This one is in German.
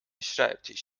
schreibtisch